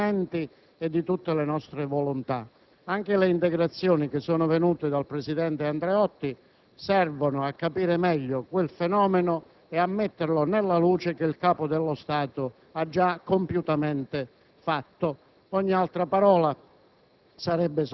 siano espressi tutti i nostri sentimenti e tutte le nostre volontà. Anche le integrazioni del presidente Andreotti servono a capire meglio quel fenomeno e a porlo nella luce che il Capo dello Stato ha già compiutamente